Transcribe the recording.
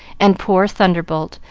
and poor thunderbolt,